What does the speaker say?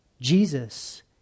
Jesus